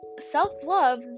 self-love